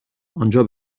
آنجا